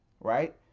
right